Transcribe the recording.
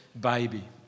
baby